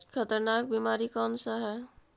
खतरनाक बीमारी कौन सा है?